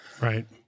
Right